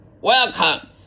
welcome